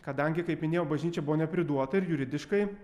kadangi kaip minėjau bažnyčia buvo nepriduota ir juridiškai